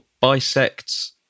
bisects